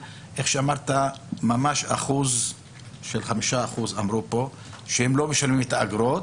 אמרו פה ש-5% שלא משלמים את האגרות,